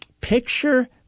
Picture